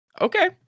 Okay